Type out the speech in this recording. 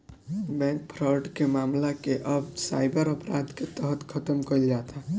bank fraud के मामला के अब साइबर अपराध के तहत खतम कईल जाता